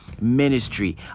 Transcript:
ministry